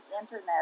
internet